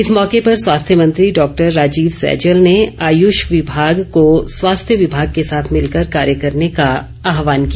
इस मौके पर स्वास्थ्य मंत्री डॉक्टर राजीव सैजल ने आयुष विभाग को स्वास्थ्य विभाग के साथ मिलकर कार्य करने का आहवान किया